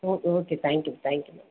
okay okay thank you thank you ma'am